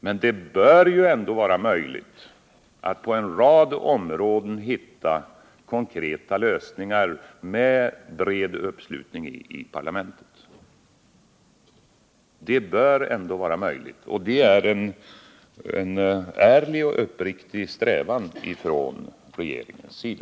Men det bör ändå vara möjligt att på en rad områden hitta konkreta lösningar med bred uppslutning i parlamentet, och detta är en ärlig och uppriktig strävan från regeringens sida.